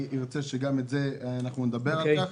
ארצה שנדבר גם על כך.